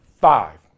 five